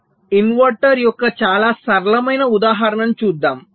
CMOS inverter యొక్క చాలా సరళమైన ఉదాహరణను చూద్దాం